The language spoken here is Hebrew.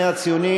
אדוני,